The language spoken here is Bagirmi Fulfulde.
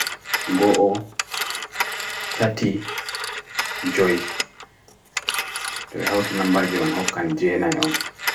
goo 30 joy to a healthy number jivan hokkan gni on.